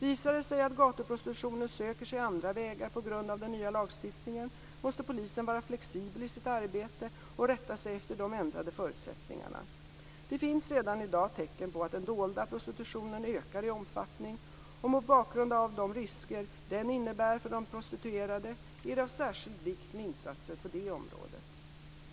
Visar det sig att gatuprostitutionen söker sig andra vägar på grund av den nya lagstiftningen, måste polisen vara flexibel i sitt arbete och rätta sig efter de ändrade förutsättningarna. Det finns redan i dag tecken på att den dolda prostitutionen ökar i omfattning, och mot bakgrund av de risker den innebär för de prostituerade är det av särskild vikt med insatser på det området.